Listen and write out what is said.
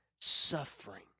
suffering